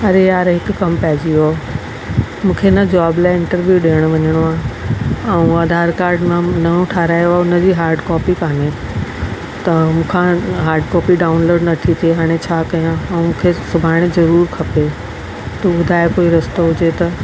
अड़े यार हिकु कमु पइजी वियो मूंखे न जॉब लाइ इंटरव्यू ॾियणु वञिणो आहे ऐं आधार कार्ड मां नओं ठाराहियो आहे उन जी हार्ड कॉपी कान्हे त मूंखां हार्ड कॉपी डाऊनलॉड नथी थिए हाणे छा कयां ऐं मूंखे सुभाणे ज़रूरु खपे तूं ॿुधाए कोई रस्तो हुजे त